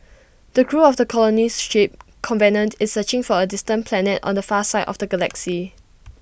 the crew of the colony ship covenant is searching for A distant planet on the far side of the galaxy